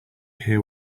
hear